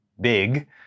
big